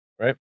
Right